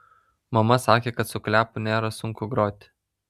mama sakė kad su kliapu nėra sunku groti